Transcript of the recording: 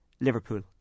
Liverpool